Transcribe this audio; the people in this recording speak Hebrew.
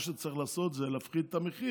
מה שצריך לעשות זה להפחיד את המחיר.